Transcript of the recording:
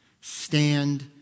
Stand